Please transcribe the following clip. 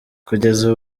kugeza